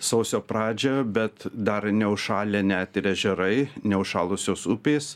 sausio pradžią bet dar neužšalę net ir ežerai neužšalusiuos upės